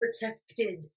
protected